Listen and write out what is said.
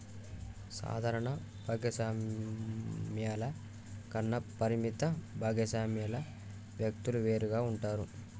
సాధారణ భాగస్వామ్యాల కన్నా పరిమిత భాగస్వామ్యాల వ్యక్తులు వేరుగా ఉంటారు